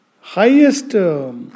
highest